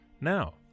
Now